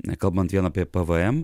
nekalbant vien apie pvm